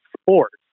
sports